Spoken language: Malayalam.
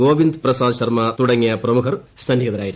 ഗോവിന്ദ് പ്രസാദ് ശർമ്മ തുടങ്ങിയ പ്രമുഖർ സന്നിഹിതരായിരുന്നു